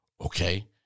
okay